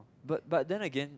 but but then again